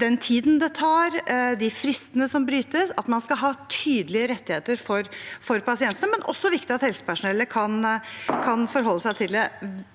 den tiden det tar, de fristene som brytes – skal ha tydelige rettigheter, men det er også viktig at helsepersonellet kan forholde seg til det.